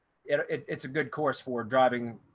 it's a good course for driving